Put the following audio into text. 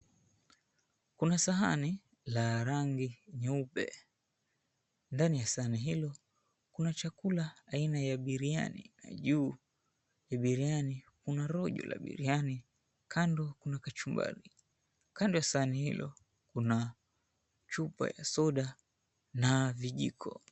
Kuna sahani la rangi nyeupe ,ndani ya sahani hilo kuna chakula aina ya biriani na ju ya biriani kuna rojo la biriani kando kuna kachumbari, kando ya sahani hilo kuna chupa ya soda na vijiko.